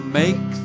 make